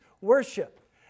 worship